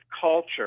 culture